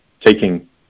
taking